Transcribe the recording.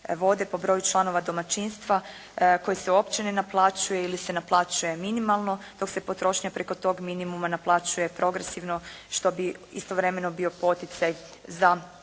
vode po broju članova domaćinstva koji se uopće ne naplaćuje ili se naplaćuje minimalno dok se potrošnja preko tog minimuma naplaćuje progresivno što bi istovremeno bio poticaj za